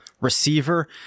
receiver